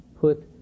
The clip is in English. put